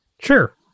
Sure